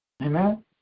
Amen